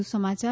વધુ સમાચાર